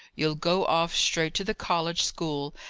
you'll go off straight to the college school,